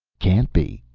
can't be,